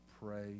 pray